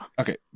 Okay